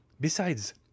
Besides